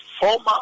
former